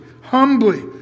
humbly